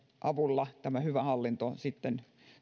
avulla tämä hyvä hallinto sitten